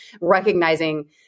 recognizing